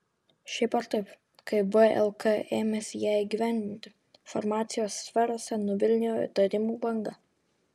šiaip ar taip kai vlk ėmėsi ją įgyvendinti farmacijos sferose nuvilnijo įtarimų banga